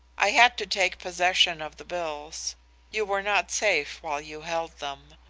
i had to take possession of the bills you were not safe while you held them.